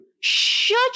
Shut